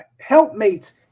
helpmates